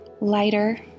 lighter